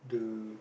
the